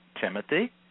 Timothy